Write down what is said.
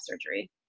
surgery